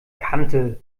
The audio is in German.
kante